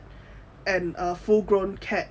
and a full grown cat